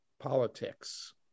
Politics